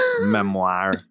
Memoir